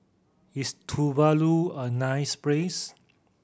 is Tuvalu a nice place